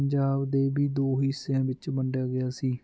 ਪੰਜਾਬ ਦੇ ਵੀ ਦੋ ਹਿੱਸਿਆਂ ਵਿੱਚ ਵੰਡਿਆ ਗਿਆ ਸੀ